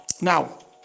Now